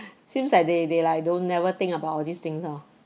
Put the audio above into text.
seems like they they like don't never think about all these things oh